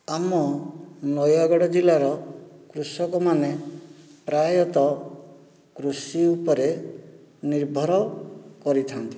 ଆମ ନୟାଗଡ଼ ଜିଲ୍ଲାର କୃଷକମାନେ ପ୍ରାୟତଃ କୃଷି ଉପରେ ନିର୍ଭର କରିଥାନ୍ତି